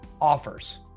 offers